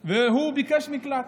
באקסום וביקש מקלט.